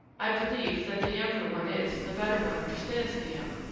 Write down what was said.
i believe that the younger one is, the better one understands the young.